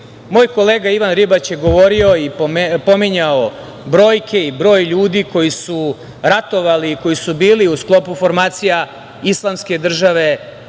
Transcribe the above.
kolega Ivan Ribać je govorio i pominjao brojke i broj ljudi koji su ratovali i koji su bili u sklopu formacija Islamske države